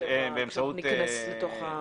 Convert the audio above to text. כשניכנס לתוך החוק.